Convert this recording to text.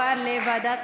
חובת